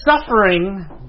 suffering